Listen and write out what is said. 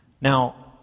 Now